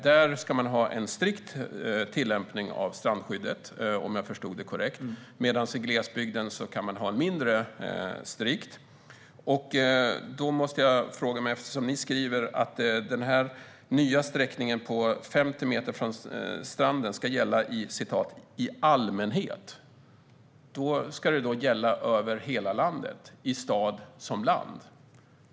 Där ska det vara en strikt tillämpning av strandskyddet, om jag förstod honom korrekt. I glesbygden kan det vara mindre strikt. Eftersom ni skriver att den nya sträckningen på 50 meter från stranden ska gälla "i allmänhet", ska det alltså gälla över hela landet, i stad som land?